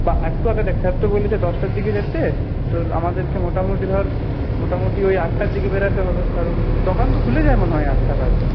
বা একটু আগে দেখ স্যার তো বলল যে দশটার দিকে যেতে তো তো আমাদেরকে মোটামুটি ধর মোটামুটি ওই আটটার দিকে বেরোতে হবে কারণ দোকান তো খুলে যায় মনে হয় আটটার আগে